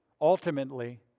ultimately